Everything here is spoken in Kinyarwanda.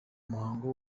muhango